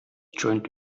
joint